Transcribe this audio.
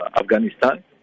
Afghanistan